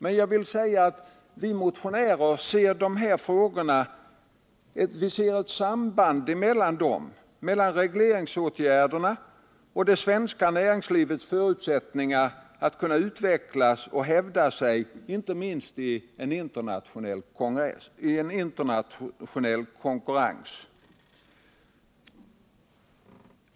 Men jag vill säga att vi motionärer ser ett samband mellan regleringsåtgärderna och det svenska näringslivets förutsättningar att kunna utvecklas och hävda sig inte minst i internationell konkurrens.